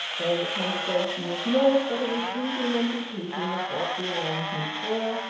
though the conversation was naught but a repeating and repeating of what the arrangements were,